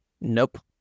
nope